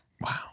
Wow